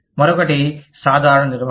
మరొకటి సాధారణ నిర్వహణ